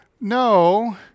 No